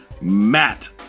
Matt